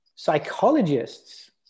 psychologists